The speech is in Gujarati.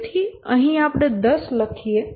તેથી અહીં આપણે 10 લખીએ